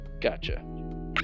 gotcha